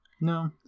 No